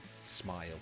smile